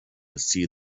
see